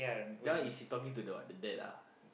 that one is he talking to the what the dad ah